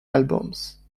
albums